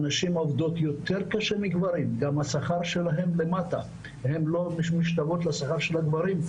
הנשים עובדות יותר קשה מגברים וגם השכר שלהן נמוך יותר בהשוואה לגברים.